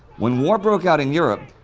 when war broke out in europe,